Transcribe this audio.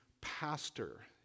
pastor